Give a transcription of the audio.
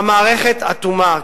והמערכת אטומה,